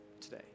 today